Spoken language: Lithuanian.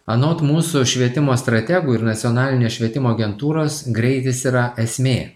anot mūsų švietimo strategų ir nacionalinės švietimo agentūros greitis yra esmė